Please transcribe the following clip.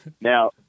Now